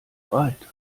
breit